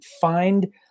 find